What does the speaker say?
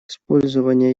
использование